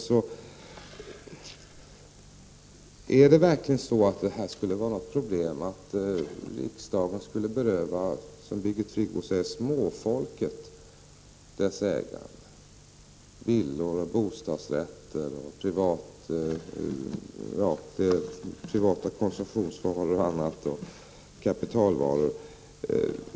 Skulle verkligen riksdagen beröva småfolket dess ägande -— villor, bostadsrätter, privata konsumtionsvaror och kapitalvaror?